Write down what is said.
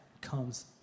comes